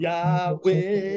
Yahweh